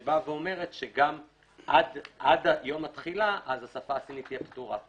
שבאה ואומרת שעד יום התחילה השפה הסינית תהיה פטורה.